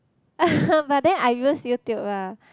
but then I use YouTube ah